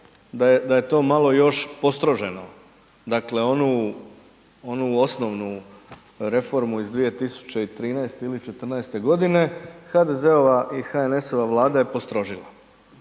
da je to malo još postroženo, dakle onu osnovnu reformu iz 2013. ili '14. godine HDZ-ova i HNS-ova je postrožila.